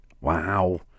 Wow